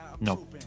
No